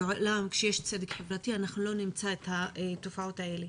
בעולם שיש צדק חברתי אנחנו לא נמצא את התופעות האלה.